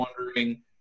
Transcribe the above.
wondering